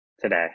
today